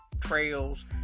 trails